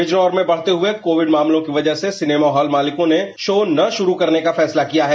बिजनौर में बढ़ते हुए कोविड मामलों की वजह से सिनेमा हॉल मालिकों ने शो न शुरू करने का फैसला किया है